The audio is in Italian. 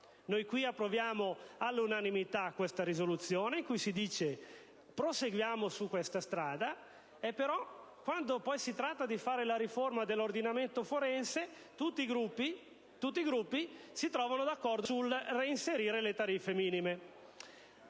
Noi qui approviamo all'unanimità una risoluzione in cui si prevede di proseguire su questa strada; però, quando poi si tratta di fare la riforma dell'ordinamento forense, tutti i Gruppi si trovano d'accordo sul reinserimento delle tariffe minime.